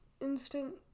Instant